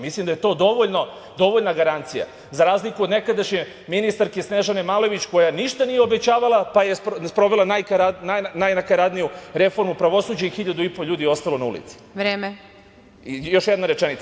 Mislim da je to dovoljna garancija, za razliku od nekadašnje ministarke Snežane Malović, koja ništa nije obećavala, pa je sprovela najnakaradniju reformu pravosuđa i 1.500 ljudi je ostalo na ulici. (Predsedavajuća: Vreme.) Još jedna rečenica.